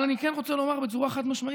אבל אני כן רוצה לומר בצורה חד-משמעית: